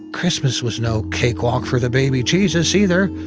christmas was no cake walk for the baby jesus, either.